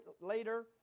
later